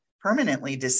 permanently